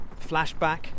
flashback